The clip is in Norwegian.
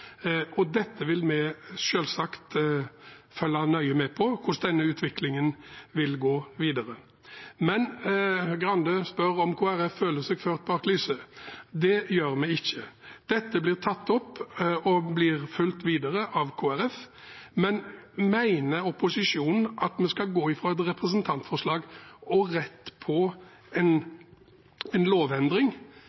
ikke. Dette blir tatt opp og fulgt videre av Kristelig Folkeparti. Men mener opposisjonen at vi skal gå fra et representantforslag og rett på en